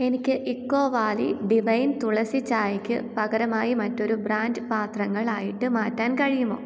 എനിക്ക് eco valley divine Tulsi ചായയ്ക്ക് പകരമായി മറ്റൊരു ബ്രാൻഡ് പാത്രങ്ങൾ ആയിട്ട് മാറ്റാൻ കഴിയുമോ